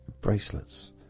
bracelets